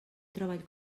treball